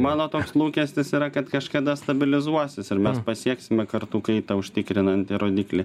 mano toks lūkestis yra kad kažkada stabilizuosis ir mes pasieksime kartų kaitą užtikrinantį rodiklį